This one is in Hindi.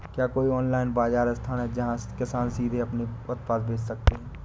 क्या कोई ऑनलाइन बाज़ार स्थान है जहाँ किसान सीधे अपने उत्पाद बेच सकते हैं?